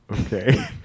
Okay